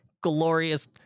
glorious